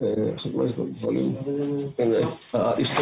על זה בדיון הקודם בנושא האכיפה,